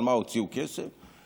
על מה הוציאו כסף.